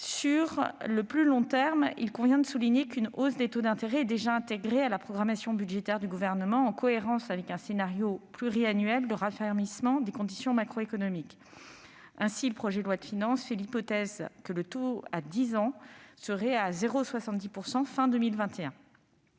Sur le plus long terme, une hausse des taux d'intérêt est déjà intégrée à la programmation budgétaire du Gouvernement, en cohérence avec un scénario pluriannuel de raffermissement des conditions macroéconomiques. Ainsi, le projet de loi de finances se fonde sur l'hypothèse que le taux à dix ans sera de 0,70 % à